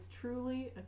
truly